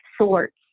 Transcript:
sorts